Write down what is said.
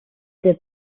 der